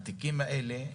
התיקים האלה,